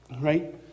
right